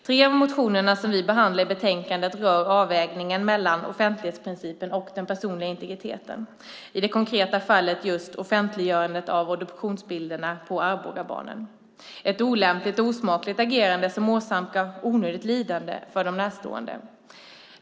Tre av de motioner som vi behandlar i betänkandet rör avvägningen mellan offentlighetsprincipen och den personliga integriteten. I det konkreta fallet handlar det just om offentliggörandet av obduktionsbilderna på Arbogabarnen. Det är ett olämpligt och osmakligt agerande som åsamkar de närstående onödigt lidande.